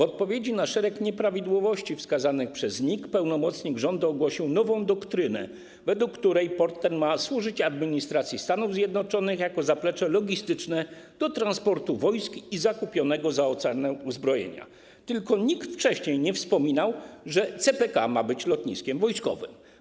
Odpowiadając na szereg nieprawidłowości wskazanych przez NIK, pełnomocnik rządu ogłosił nową doktrynę, według której port ten ma służyć administracji Stanów Zjednoczonych jako zaplecze logistyczne do transportu wojsk i zakupionego za oceanem uzbrojenia, tyle że nikt wcześniej nie wspominał, że CPK ma być lotniskiem wojskowym.